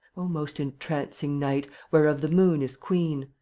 o most entrancing night! whereof the moon is queen,